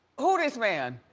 who this man?